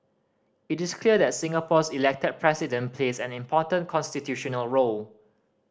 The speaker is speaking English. it is clear that Singapore's Elected President plays an important constitutional role